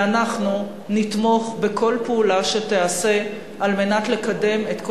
ואנחנו נתמוך בכל פעולה שתיעשה כדי לקדם כל